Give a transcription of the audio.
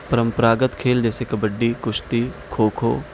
پرمپراگت کھیل جیسے کبڈی کشتی کھو کھو